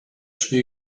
spiel